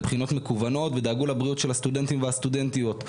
לבחינות מקוונות ודאגו לבריאות של הסטודנטים והסטודנטיות.